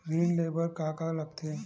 ऋण ले बर का का लगथे?